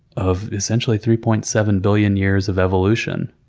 of, essentially, three point seven billion years of evolution.